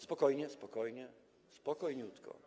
Spokojnie, spokojnie, spokojniutko.